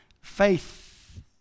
faith